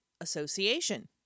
association